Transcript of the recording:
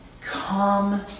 come